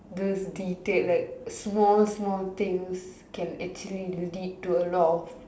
those detailed like small small things can actually lead to a lot of